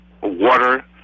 water